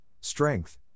strength